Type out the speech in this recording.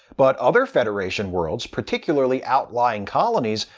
but other federation worlds, particularly outlying colonies,